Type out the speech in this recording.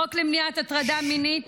החוק למניעת הטרדה מינית,